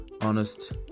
honest